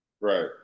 Right